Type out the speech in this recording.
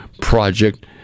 project